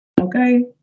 Okay